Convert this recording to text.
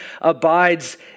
abides